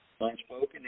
Unspoken